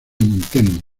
nintendo